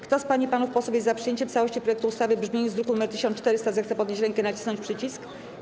Kto z pań i panów posłów jest za przyjęciem w całości projektu ustawy w brzmieniu z druku nr 1400, zechce podnieść rękę i nacisnąć przycisk.